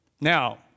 Now